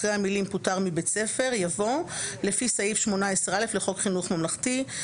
אחרי המילים "פוטר מבית ספר" יבוא "לפי סעיף 18א. לחוק חינוך ממלכתי,